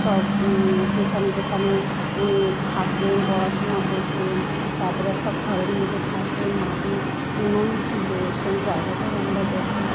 সব যেখানে যেখানে উনি থাকতেন পড়াশোনা করতেন তারপরে একটা ঘরের মধ্যে থাকতেন মাটির উনুন ছিলো সেই জায়গাটায় আমরা গেছি